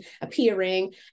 appearing